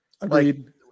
Agreed